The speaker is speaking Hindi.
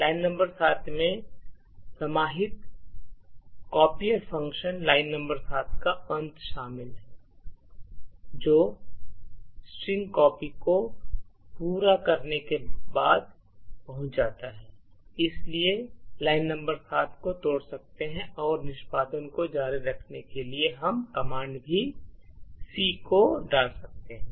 लाइन नंबर 7 में समाहित कॉपियर फंक्शन लाइन नंबर 7 का अंत शामिल है जो स्ट्रिंग कॉपी को पूरा करने के बाद पहुंच जाता है इसलिए हम लाइन नंबर 7 को तोड़ सकते हैं और निष्पादन को जारी रखने के लिए हम कमांड सी डालते हैं